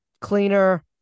cleaner